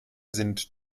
sind